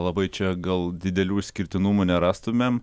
labai čia gal didelių išskirtinumų nerastumėm